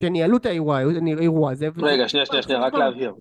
הם ניהלו את האירוע, האירוע הזה. רגע, שנייה, שנייה, שנייה, רק להבהיר